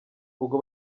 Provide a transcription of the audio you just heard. ubwo